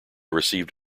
received